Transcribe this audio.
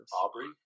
Aubrey